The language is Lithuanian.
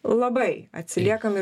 labai atsiliekam